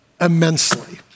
immensely